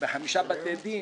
בחמישה בתי דין.